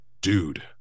dude